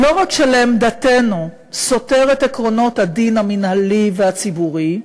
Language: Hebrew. לא רק שלעמדתנו סותר את עקרונות הדין המינהלי והציבורי,